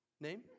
Name